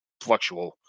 fluctual